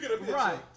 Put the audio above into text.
Right